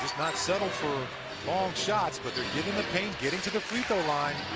not settled for long shots. but they're getting the paint, getting to the free-throw line.